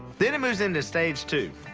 then it moves into stage two.